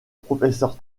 professeur